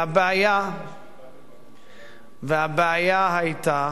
והבעיה, כל החברים האלה, והבעיה היתה,